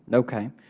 okay.